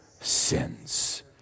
sins